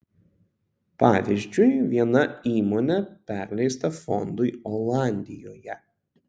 pavyzdžiui viena įmonė perleista fondui olandijoje